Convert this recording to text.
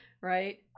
right